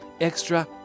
extra